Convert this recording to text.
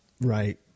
right